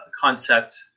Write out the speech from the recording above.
concept